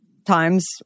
Times